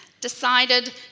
decided